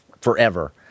forever